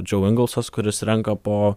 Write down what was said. džeu engelsas kuris renka po